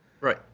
Right